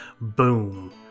boom